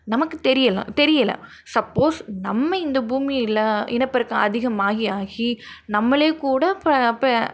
நமக்கு தெரியலை தெரியலை சப்போஸ் நம்ம இந்த பூமியில் இனப்பெருக்கம் அதிகமாகி ஆகி நம்மளே கூட பா பா